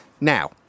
Now